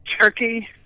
Turkey